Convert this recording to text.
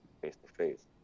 face-to-face